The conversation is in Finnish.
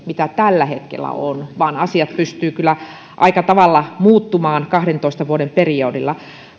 mitä tällä hetkellä on vaan asiat pystyvät kyllä aika tavalla muuttumaan kahdentoista vuoden periodilla